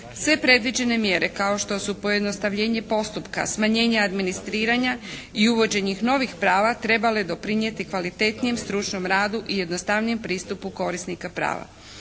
Sve predviđene mjere kao što su pojednostavljenje postupak, smanjenje administriranja i uvođenje novih prava trebale bi doprinijeti kvalitetnijem stručnom radu i jednostavnijem pristupu korisnika prava.